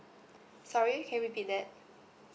sorry can you repeat that